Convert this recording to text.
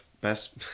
best